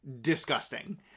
disgusting